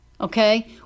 okay